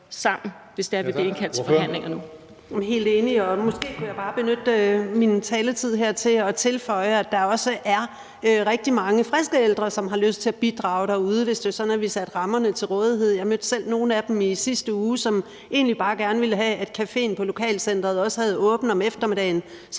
helt enig. Og måske kunne jeg bare benytte min taletid her til at tilføje, at der også er rigtig mange friske ældre, som har lyst til at bidrage derude, hvis det er sådan, at vi sætter rammerne for det. Jeg mødte selv nogle af dem i sidste uge, som egentlig bare gerne ville have, at caféen på lokalcenteret også havde åbent om eftermiddagen,